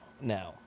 now